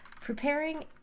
preparing